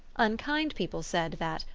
unkind people said that,